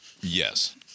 Yes